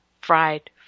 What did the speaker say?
fried